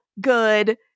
good